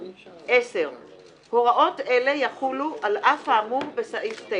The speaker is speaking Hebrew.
10. הוראות אלה יחולו על אף האמור בסעיף 9: